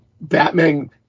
Batman